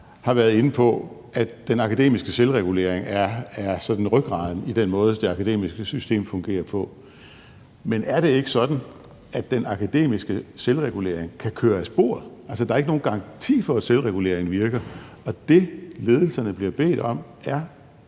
har været inde på, at den akademiske selvregulering sådan er rygraden i den måde, det akademiske system fungerer på. Men er det ikke sådan, at den akademiske selvregulering kan køre af sporet? Altså, der er ikke nogen garanti for, at selvreguleringen virker. Og det, ledelserne bliver bedt om, er